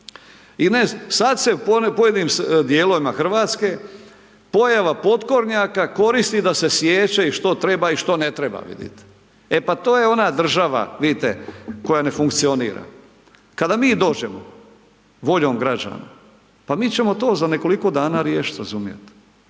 sad se pojedinim dijelovima Hrvatske pojava potkoranjaka koristi d se siječe i što treba, i što ne treba vidite, e pa to je ona država vidite, koja ne funkcionira. Kada mi dođemo voljom građana, pa mi ćemo to za nekoliko dana riješiti razumijete,